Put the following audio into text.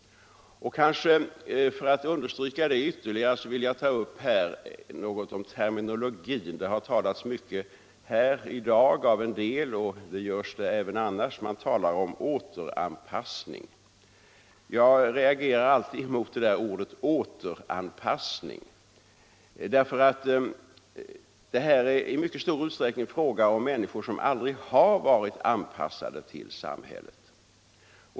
För att understryka detta ytterligare vill jag ta upp något om terminologin. Det har talats mycket här i dag — och det görs även annars - om ”återanpassning”. Jag reagerar alltid mot återanpassning, därför att här är det i mycket stor utsträckning fråga om människor som aldrig har varit anpassade till samhället.